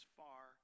far